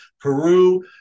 peru